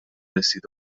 رسید